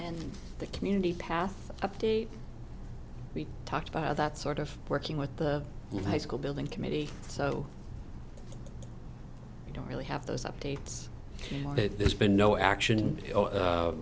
and the community path update we talked about that sort of working with the high school building committee so you don't really have those updates there's been no action